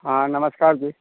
हाँ नमस्कार जी